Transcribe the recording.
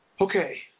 Okay